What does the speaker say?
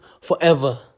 forever